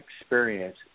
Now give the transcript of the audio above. experience